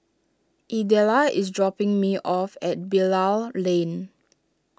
Idella is dropping me off at Bilal Lane